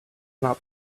not